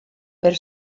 per